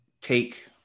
take